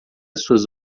suas